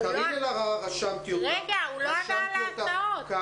הוא לא ענה על השאלות.